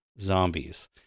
zombies